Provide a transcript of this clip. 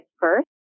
first